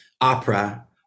opera